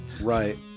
Right